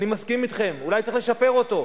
אני מסכים אתכם, אולי צריך לשפר אותו,